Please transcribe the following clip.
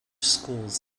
schools